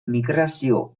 migrazio